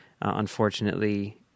Unfortunately